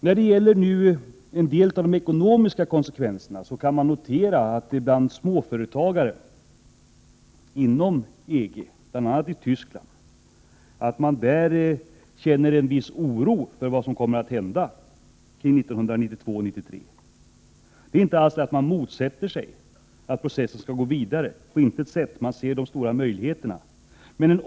När det gäller en del av de ekonomiska konsekvenserna kan vi notera att man bland småföretagare inom EG, bl.a. i Tyskland, hyser en viss oro för vad som kommer att hända 1992—1993. Man motsätter sig inte alls att processen skall gå vidare utan man ser de stora möjligheterna.